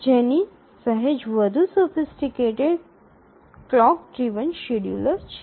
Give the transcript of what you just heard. નીચે સહેજ વધુ સોફિસટીકટેડ ક્લોક ડ્રિવન શેડ્યૂલર છે